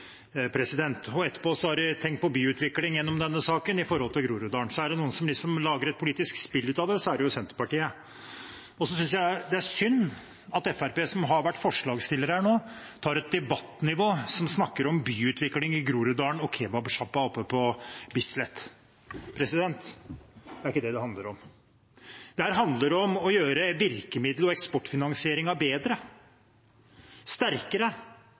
Etterpå har de tenkt på byutvikling gjennom denne saken med hensyn til Groruddalen. Er det noen som liksom lager et politisk spill av det, er det Senterpartiet. Jeg syns det er synd at Fremskrittspartiet, som har vært forslagsstiller her nå, tar et debattnivå som snakker om byutvikling i Groruddalen og kebabsjappa oppe på Bislett. Det er ikke det det handler om. Dette handler om å gjøre virkemidlene og eksportfinansieringen bedre og sterkere.